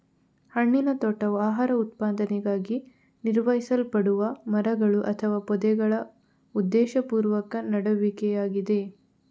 ಹಣ್ಣಿನ ತೋಟವು ಆಹಾರ ಉತ್ಪಾದನೆಗಾಗಿ ನಿರ್ವಹಿಸಲ್ಪಡುವ ಮರಗಳು ಅಥವಾ ಪೊದೆಗಳ ಉದ್ದೇಶಪೂರ್ವಕ ನೆಡುವಿಕೆಯಾಗಿದೆ